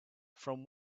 from